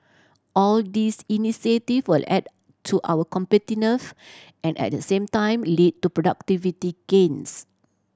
all these initiative will add to our competitiveness and at the same time lead to productivity gains